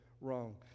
wrong